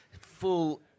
full